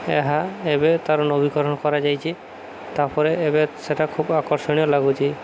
ଏହା ଏବେ ତାର ନବୀକରଣ କରାଯାଇଛି ତା'ପରେ ଏବେ ସେଇଟା ଖୁବ୍ ଆକର୍ଷଣୀୟ ଲାଗୁଛି